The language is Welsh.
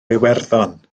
iwerddon